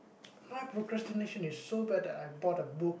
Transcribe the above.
my procrastination is so bad that I bought a book